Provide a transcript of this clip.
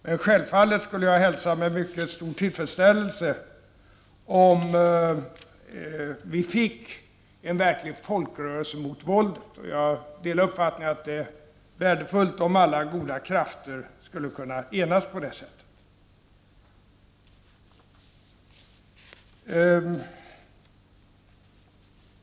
Men självfallet skulle jag hälsa med mycket stor tillfredsställelse om vi fick en verklig folkrörelse mot våldet. Och jag delar uppfattningen att det vore värdefullt om alla goda krafter kunde enas om detta.